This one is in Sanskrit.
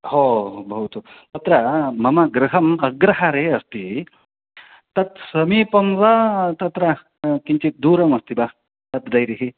हो भवतु अत्र मम गृहम् अग्रहारे अस्ति तत् समीपं वा तत्र किञ्चित् दूरमस्ति वा तत् डैरिः